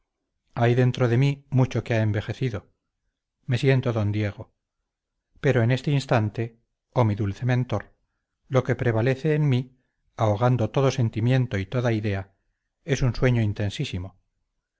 hay dentro de mí mucho que ha envejecido me siento don diego pero en este instante oh mi dulce mentor lo que prevalece en mí ahogando todo sentimiento y toda idea es un sueño intensísimo